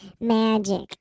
Magic